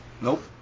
Nope